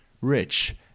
rich